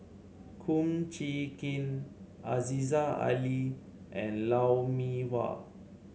Kum Chee Kin Aziza Ali and Lou Mee Wah